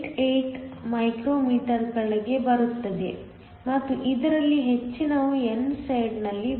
88 ಮೈಕ್ರೊ ಮೀಟರ್ಗಳಿಗೆ ಬರುತ್ತದೆ ಮತ್ತು ಇದರಲ್ಲಿ ಹೆಚ್ಚಿನವು n ಸೈಡ್ನಲ್ಲಿವೆ